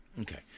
Okay